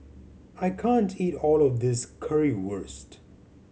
I can't eat all of this Currywurst